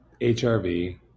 HRV